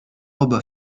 robes